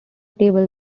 table